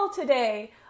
today